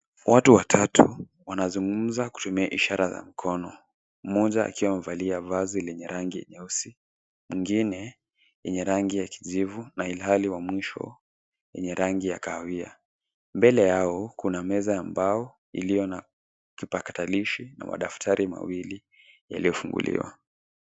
Watu watatu wanazungumza kutumia ishara za mikono mmoja akiwa amevalia vazi lenye rangi nyeusi, mwingine yenye rangi ya kijivu na ilhali wa mwisho yenye rangi ya kahawia. Mbele yao kuna meza ya mbao iliyo na kipakatalishi na madaftari mawili yaliyofunguliwa.